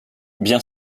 bien